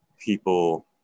people